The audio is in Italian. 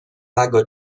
lago